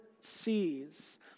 sees